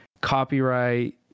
copyright